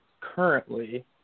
currently